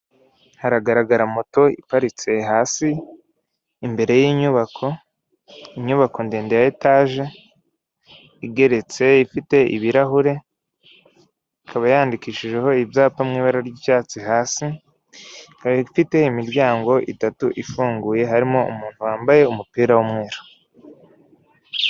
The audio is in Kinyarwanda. Haragaragara moto iparitse hasi imbere y'inyubako; inyubako ndende ya etage igeretse. Ifite ibirahure ikaba yandikishijeho ibyapa mu ibara ry'icyatsi, hasi ikaba ifite imiryango itatu ifunguye harimo umuntu wambaye umupira w'umweru.